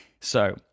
So-